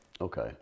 Okay